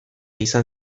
izan